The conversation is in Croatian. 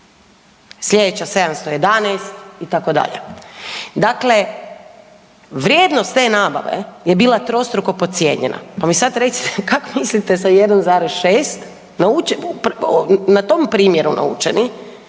sljedeća 711 itd. dakle, vrijednost te nabave je bila trostruko podcijenjena. Pa mi sad recite kak mislite sa 1,6 na tom primjeru naučeni,